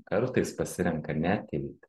kartais pasirenka neateiti